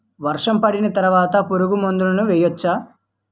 వర్షం పడిన తర్వాత పురుగు మందులను వేయచ్చా?